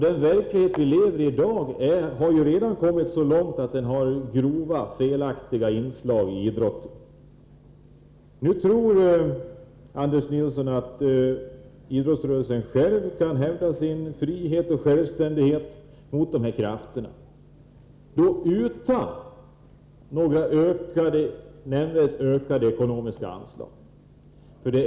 Den verklighet vi lever i i dag är den, att det redan gått så långt att det finns grovt felaktiga inslag i idrotten. Anders Nilsson tror att idrottsrörelsen själv kan hävda sin frihet och självständighet mot dessa krafter utan några nämnvärt ökade ekonomiska anslag.